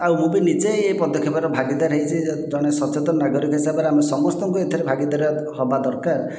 ଆଉ ମୁଁ ବି ନିଜେ ଏ ପଦକ୍ଷେପର ଭାଗୀଦାର ହୋଇଛି ଜଣେ ସଚେତନ ନାଗରିକ ହିସାବରେ ଆମ ସମସ୍ତଙ୍କୁ ଏଥିରେ ଭାଗୀଦାର ହେବା ଦରକାର